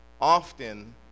often